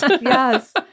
Yes